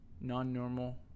Non-normal